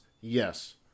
Yes